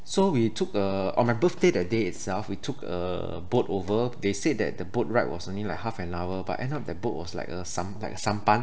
so we took uh on my birthday that day itself we took a boat over they said that the boat ride was only like half an hour but end up that boat was like a sampan sampan